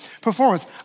Performance